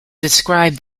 described